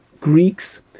Greeks